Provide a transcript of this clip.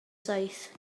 saith